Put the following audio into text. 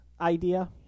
idea